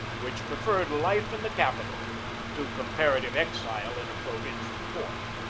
which pre ferred life in the capital to comparative exile in a provincial port.